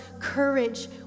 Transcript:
courage